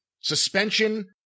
suspension